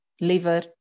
liver